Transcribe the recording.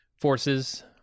forces